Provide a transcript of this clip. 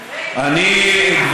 אני,